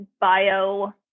bio